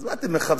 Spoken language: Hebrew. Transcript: אז מה אתם מחפשים?